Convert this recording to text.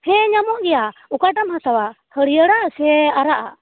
ᱦᱮᱸ ᱧᱟᱢᱚᱜ ᱜᱮᱭᱟ ᱚᱠᱟᱴᱟᱜ ᱮᱢ ᱦᱟᱛᱟᱣᱟ ᱦᱟᱹᱨᱭᱟᱹᱲᱟᱜ ᱥᱮ ᱟᱨᱟᱜ ᱟᱜ